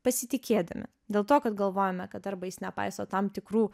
pasitikėdami dėl to kad galvojame kad arba jis nepaiso tam tikrų